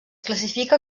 classifica